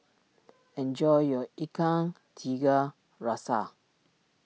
enjoy your Ikan Tiga Rasa